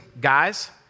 guys